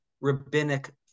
rabbinic